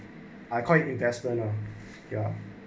I call in the tester ya